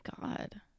god